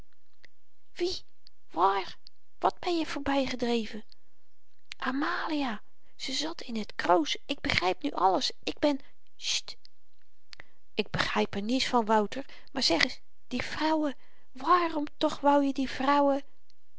wie waar wàt benje voorbygedreven amalia ze zat in t kroos ik begryp nu alles ik ben sjt ik begryp er niets van wouter maar zeg eens die vrouwen waarom toch wou je die vrouwen